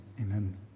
Amen